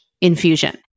infusion